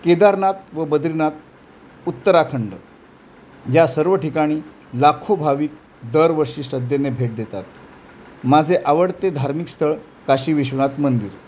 केदारनाथ व बद्रीनाथ उत्तराखंड या सर्व ठिकाणी लाखो भाविक दर वर्षी श्रद्धेने भेट देतात माझे आवडते धार्मिक स्थळ काशी विश्वनाथ मंदिर